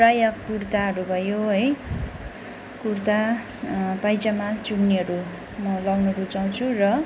प्राय कुर्ताहरू भयो है कुर्ता पाइजामा चुन्नीहरू म लाउन रुचाउँछु र